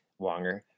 Wonger